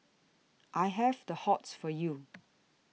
I have the hots for you